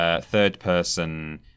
third-person